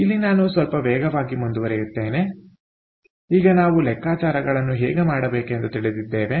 ಆದ್ದರಿಂದ ಇಲ್ಲಿ ನಾನು ಸ್ವಲ್ಪ ವೇಗವಾಗಿ ಮುಂದುವರೆಯುತ್ತೇನೆ ಈಗ ನಾವು ಲೆಕ್ಕಾಚಾರಗಳನ್ನು ಹೇಗೆ ಮಾಡಬೇಕೆಂದು ತಿಳಿದಿದ್ದೇವೆ